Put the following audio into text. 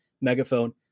Megaphone